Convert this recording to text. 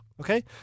Okay